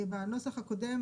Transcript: בנוסח הקודם,